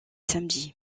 samedis